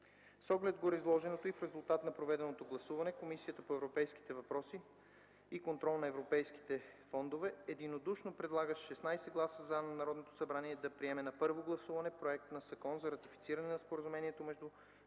С оглед на гореизложеното и в резултат на проведеното гласуване, Комисията по европейските въпроси и контрол на европейските фондове единодушно предлага с 16 гласа „за” на Народното събрание да приеме на първо гласуване проект на Закон за ратифициране на Споразумението между